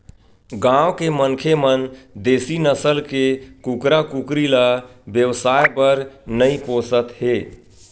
गाँव के मनखे मन देसी नसल के कुकरा कुकरी ल बेवसाय बर नइ पोसत हे